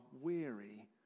weary